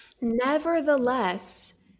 Nevertheless